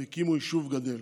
והקימו יישוב גדל,